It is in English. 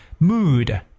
Mood